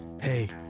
Hey